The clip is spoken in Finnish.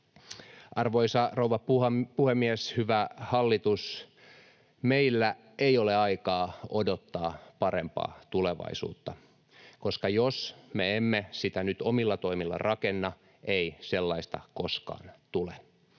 Arvoisa rouva puhemies! Hyvä hallitus, meillä ei ole aikaa odottaa parempaa tulevaisuutta, koska jos me emme sitä nyt omilla toimilla rakenna, ei sellaista koskaan tule.